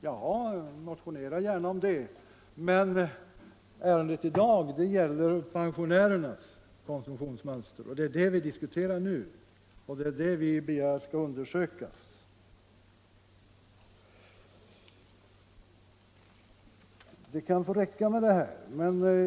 Ja, motionera gärna om det, men ärendet i dag gäller pensionärernas konsumtionsmönster. Det är detta som vi diskuterar nu och som vi begär skall undersökas.